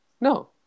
No